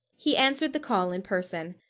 he answered the call in person.